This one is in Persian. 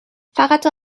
فقط